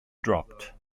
dropped